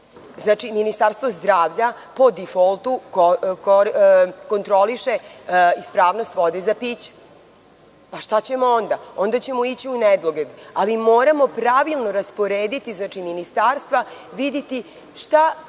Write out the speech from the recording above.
Ministarstvo zdravlja, po „difoltu“, kontroliše ispravnost vode za piće. Šta ćemo onda? Onda ćemo ići u nedogled, ali moramo pravilno rasporediti ministarstva, videti šta